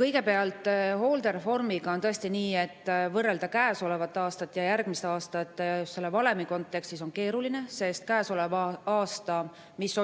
Kõigepealt, hooldereformiga on tõesti nii, et käesolevat aastat ja järgmist aastat võrrelda selle valemi kontekstis on keeruline, sest käesolev aasta